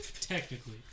Technically